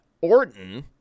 Orton